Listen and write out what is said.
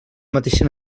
mateixa